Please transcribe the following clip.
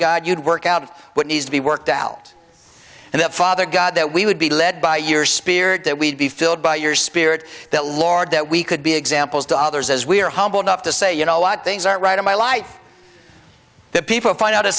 god you'd work out what needs to be worked out and the father god that we would be led by your spirit that we'd be filled by your spirit that lord that we could be examples to others as we are humble enough to say you know a lot things are right in my life that people find out a